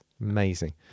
amazing